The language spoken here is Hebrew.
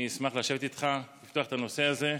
אני אשמח לשבת איתך, לפתוח ולפתור את הנושא הזה.